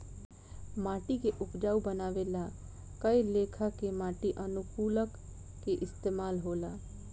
माटी के उपजाऊ बानवे ला कए लेखा के माटी अनुकूलक के इस्तमाल होला